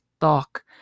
talk